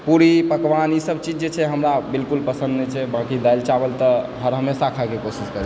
पूरी पकवान ईसभ चीज जे छै हमरा बिल्कुल पसन्द नहि छै बाकी दालि चावल तऽ हर हमेशा खाइके कोशिश करैत छी